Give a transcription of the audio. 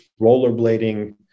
rollerblading